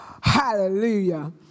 Hallelujah